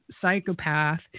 psychopath